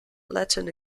latin